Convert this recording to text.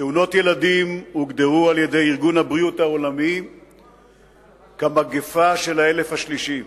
תאונות ילדים הוגדרו על-ידי ארגון הבריאות העולמי כמגפה של האלף השלישי.